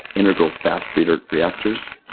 integral fast breeder reactors,